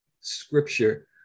scripture